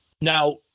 Now